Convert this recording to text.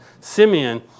Simeon